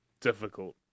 difficult